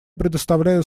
предоставляю